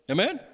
Amen